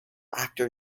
actor